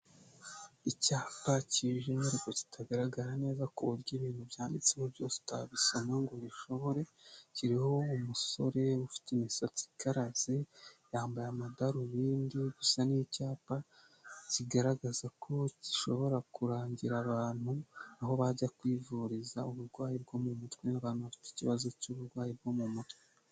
Icyapa cyijimye ariko kitagaragara neza ku buryo ibintu byanditseho byose utabisoma ngo ubishobore, kiriho umusore ufite imisatsi ikaraze; yambaye amadarubindi, gusa ni icyapa kigaragaza ko gishobora kurangira abantu aho bajya kwivuriza uburwayi bwo mu mutwe, abantu bafite ikibazo cy'uburwayi bwo mu mutwe.